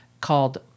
called